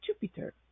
Jupiter